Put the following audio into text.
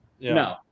No